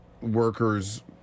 workers